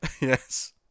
Yes